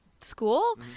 school